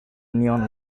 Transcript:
neon